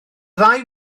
ddau